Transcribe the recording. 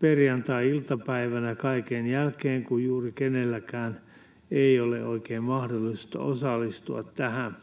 perjantai-iltapäivänä kaiken jälkeen, kun juuri kenelläkään ei ole oikein mahdollisuutta osallistua tähän.